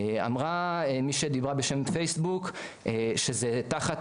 אמרה מי שדיברה בשם פייסבוק שזה תחת